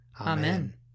Amen